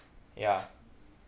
ya